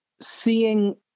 seeing